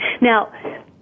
Now